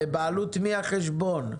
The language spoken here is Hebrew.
בבעלות מי החשבון?